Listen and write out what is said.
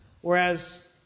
Whereas